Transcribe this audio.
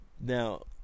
Now